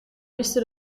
miste